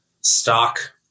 stock